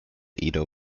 edo